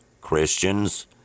Christians